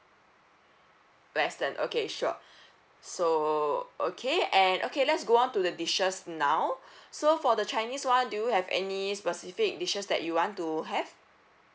western okay sure so okay and okay let's go on to the dishes now so for the chinese one do you have any specific dishes that you want to have